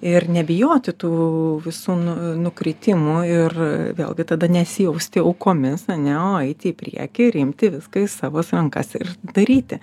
ir nebijoti tų visų nu nukritimų ir vėlgi tada nesijausti aukomis ane o eiti į priekį ir imti viską į savas rankas ir daryti